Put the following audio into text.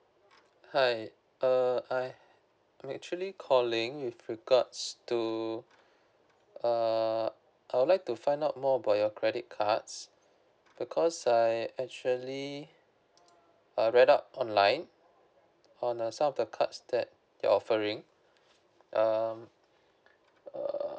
hi err I I'm actually calling with regards to uh I would like to find out more about your credit cards because I actually I read up online on uh some of the cards that you're offering um err